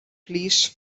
please